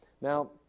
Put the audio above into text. Now